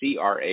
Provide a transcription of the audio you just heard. CRA